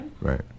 Right